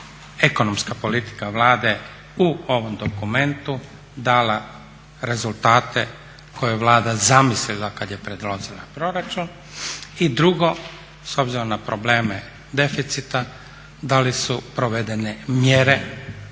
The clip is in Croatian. ekonomska politika Vlade u ovom dokumentu dala rezultate koje je Vlada zamislila kad je predložila proračun? Drugo, s obzirom na probleme deficita da li su provedene mjere